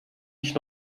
ich